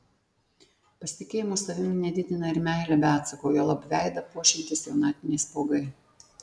pasitikėjimo savimi nedidina ir meilė be atsako juolab veidą puošiantys jaunatviniai spuogai